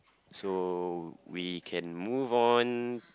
so we can move on